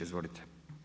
Izvolite.